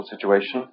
situation